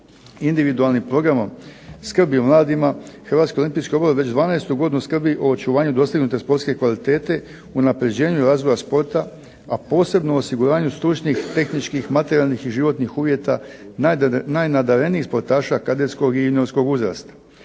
Individualnim programom skrbi o mladima, Hrvatski olimpijski odbor već 12. godinu skrbi o očuvanju dostignute sportske kvalitete, unapređenju razvoja sporta, a posebno osiguranju stručnih, tehničkih, materijalnih i životnih uvjeta najnadarenijih sportaša kadetskog i juniorskog uzrasta.